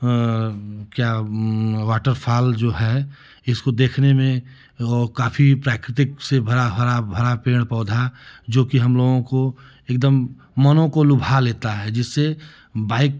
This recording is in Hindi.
क्या वह वाटर फाल जो है इसको देखने में लोग काफ़ी प्राकृतिक से भरा हरा भरा पेड़ पौधा जोकि हम लोगों को एगदम मनों को लुभा लेता है जिससे बाइक